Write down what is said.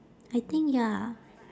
I think ya